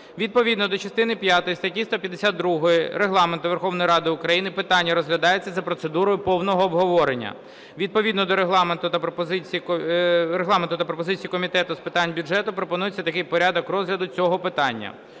Відповідно до частини п'ятої статті 152 Регламенту Верховної Ради України питання розглядається за процедурою повного обговорення. Відповідно до Регламенту та пропозицій Комітету з питань бюджету пропонується такий порядок розгляду цього питання: